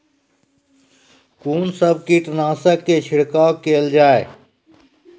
कून सब कीटनासक के छिड़काव केल जाय?